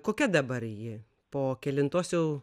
kokia dabar ji po kelintos jau